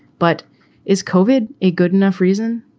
but is covid a good enough reason?